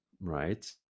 right